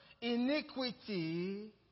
iniquity